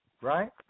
right